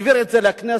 העביר את זה לכנסת.